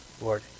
Lord